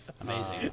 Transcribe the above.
Amazing